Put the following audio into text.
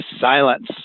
silence